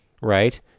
right